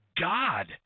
God